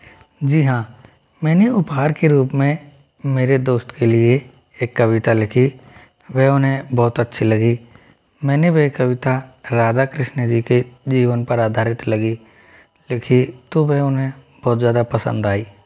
जी हाँ मैंने उपहार के रूप में मेरे दोस्त के लिए एक कविता लिखी वह उन्हें बहुत अच्छी लगी मैंने वह कविता राधा कृष्ण जी के जीवन पर आधारित लगी लिखी तो वह उन्हें बहुत ज़्यादा पसंद आई